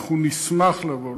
אנחנו נשמח לבוא,